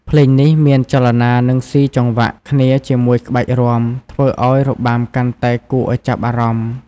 ភ្លេងនេះមានចលនា និង សុីចង្វាក់គ្នាជាមួយក្បាច់រាំ ធ្វើឲ្យរបាំកាន់តែគួរឲ្យចាប់អារម្មណ៌។